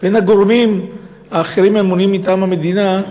והן הגורמים האחרים הממונים מטעם המדינה,